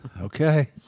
Okay